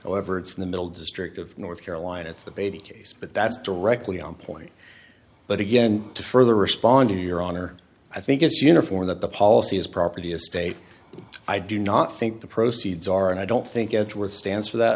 however it's in the middle district of north carolina it's the baby case but that's directly on point but again to further respond to your honor i think it's uniform that the policy is property a state i do not think the proceeds are and i don't think edward stands for that